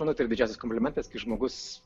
manau tai yra didžiausias komplimentas kai žmogus